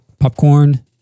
Popcorn